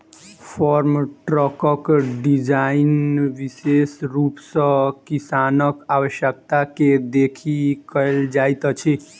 farm ट्रकक design विशेष रूप सॅ किसानक आवश्यकता के देखि कयल जाइत अछि